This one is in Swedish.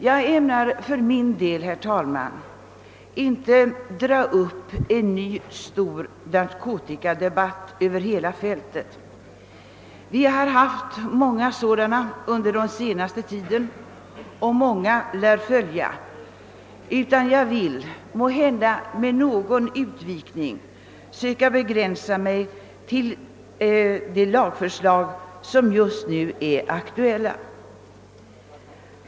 Jag ämnar för min del, herr talman, inte dra upp en ny stor narkotikadebatt över hela fältet — vi har haft många sådana under den senaste tiden, och många lär följa — utan jag vill, måhända med någon utvikning, söka begränsa mig till de lagförslag som just nu är aktuella.